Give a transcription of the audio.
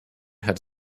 had